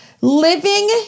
living